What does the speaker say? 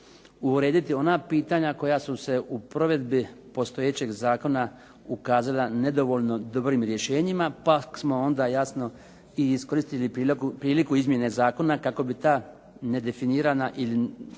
urediti ona pitanja koja su se u provedbi postojećeg zakona ukazala nedovoljno dobrim rješenjima pa smo onda jasno iskoristili priliku izmjene zakona kako bi ta nedefinirana ili